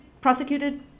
prosecuted